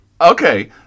Okay